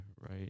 right